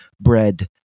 bread